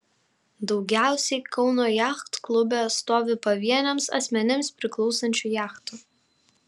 daugiausiai kauno jachtklube stovi pavieniams asmenims priklausančių jachtų